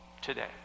today